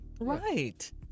Right